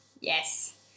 Yes